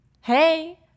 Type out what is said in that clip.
Hey